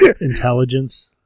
intelligence